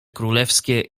królewskie